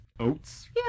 Oats